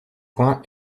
point